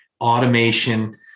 automation